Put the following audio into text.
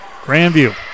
Grandview